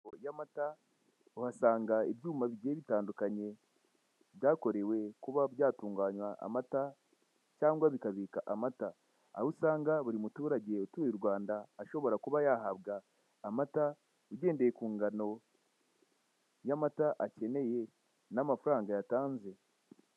.... ry'amata uhasanga ibyuma bigiye bitandukanye, byakorewe kuba byatunganywa amata cyangwa bikabika amata. Aho usanga buri muturage utuye u Rwanda ashobora kuba yahabwa amata, ugendeye ku ngano y'amata akeneye n'amafaranga yatanze.